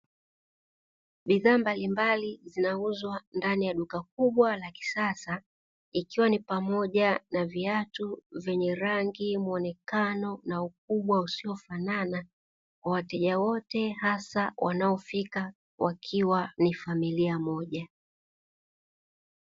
Bidhaa mbalimbali zinauzwa ndani ya duka kubwa la kisasa, ikiwa ni pamoja na viatu vyenye rangi, muonekano na ukubwa usiofanana kwa wateja wote hasa wanaofika wakiwa ni familia moja.